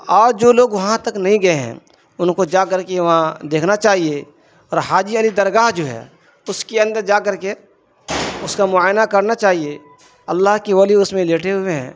اور جو لوگ وہاں تک نہیں گئے ہیں ان کو جا کر کے وہاں دیکھنا چاہیے اور حاجی علی درگاہ جو ہے اس کے اندر جا کر کے اس کا معائنہ کرنا چاہیے اللہ کے ولی اس میں لیٹے ہوئے ہیں